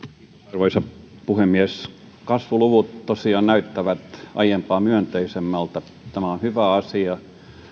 arvoisa puhemies kasvuluvut tosiaan näyttävät aiempaa myönteisemmiltä tämä on hyvä asia